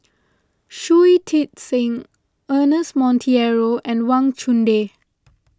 Shui Tit Sing Ernest Monteiro and Wang Chunde